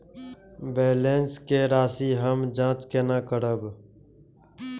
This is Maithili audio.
बैलेंस के राशि हम जाँच केना करब?